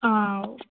ആ ഓ